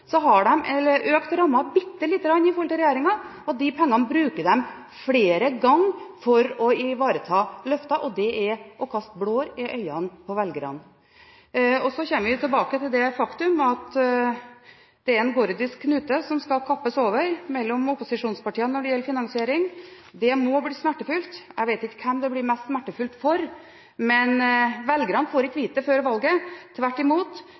Så kommer vi jo tilbake til det faktum at det er en gordisk knute som skal kappes over mellom opposisjonspartiene når det gjelder finansiering. Det må bli smertefullt. Jeg vet ikke hvem det blir mest smertefullt for, men velgerne får ikke vite det før valget. Tvert imot